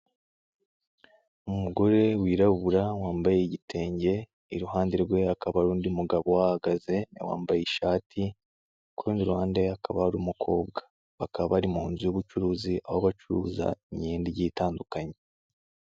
Umugore wirabura wambaye igitenge, iruhande rwe hakaba hari undi mugabo uhahagaze wambaye ishati, ku rundi ruhande hakaba hari umukobwa. Bakaba bari mu nzu y'ubucuruzi aho bacuruza imyenda igiye itandukanye.